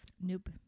Nope